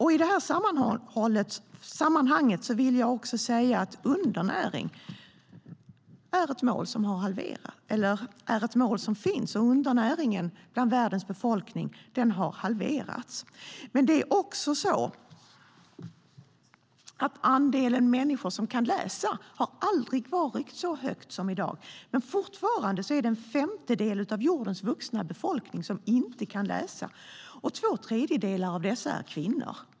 I detta sammanhang vill jag också säga att det finns ett mål när det gäller undernäringen, och undernäringen bland världens befolkning har halverats. Andelen människor som kan läsa har aldrig varit så stor som i dag. Men fortfarande är det en femtedel av jordens vuxna befolkning som inte kan läsa, och två tredjedelar av dessa människor är kvinnor.